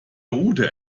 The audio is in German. route